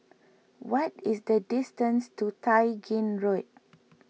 what is the distance to Tai Gin Road